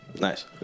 Nice